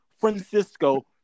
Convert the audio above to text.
francisco